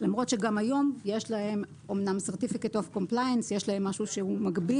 למרות שגם היום יש להם משהו שהוא מגביל,